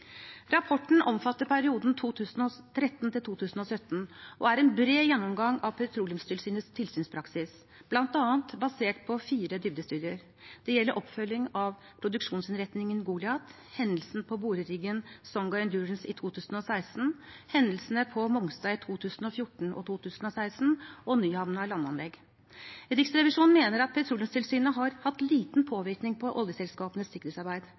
Rapporten omfatter perioden 2013–2017 og er en bred gjennomgang av Petroleumstilsynets tilsynspraksis bl.a. basert på fire dybdestudier. Det gjelder oppfølging av produksjonsinnretningen Goliat, hendelsen på boreriggen Songa Endurance i 2016, hendelsene på Mongstad i 2014 og 2016 og på Nyhamna landanlegg. Riksrevisjonen mener at Petroleumstilsynet har hatt liten påvirkning på oljeselskapenes sikkerhetsarbeid.